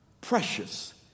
Precious